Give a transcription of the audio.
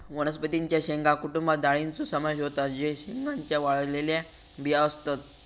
वनस्पतीं च्या शेंगा कुटुंबात डाळींचो समावेश होता जे शेंगांच्या वाळलेल्या बिया असतत